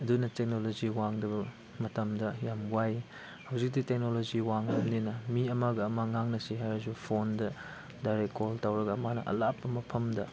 ꯑꯗꯨꯅ ꯇꯦꯛꯅꯣꯂꯣꯖꯤ ꯋꯥꯡꯗꯕ ꯃꯇꯝꯗ ꯌꯥꯝ ꯋꯥꯏ ꯍꯧꯖꯤꯛꯇꯤ ꯇꯦꯛꯅꯣꯂꯣꯖꯤ ꯋꯥꯡꯉꯕꯅꯤꯅ ꯃꯤ ꯑꯃꯒ ꯑꯃ ꯉꯥꯡꯅꯁꯤ ꯍꯥꯏꯔꯁꯨ ꯐꯣꯟꯗ ꯗꯥꯏꯔꯦꯛ ꯀꯣꯜ ꯇꯧꯔꯒ ꯃꯥꯅ ꯑꯂꯥꯞꯄ ꯃꯐꯝꯗ